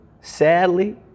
sadly